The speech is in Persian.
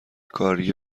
کاری